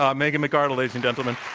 um megan mcardle, ladies and gentlemen.